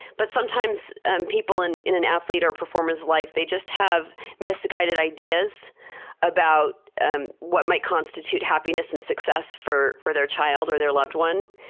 but sometimes and people in in an athlete's or a performer's life, they just have misguided ideas about ah what might constitute happiness and success for for their child or their loved one.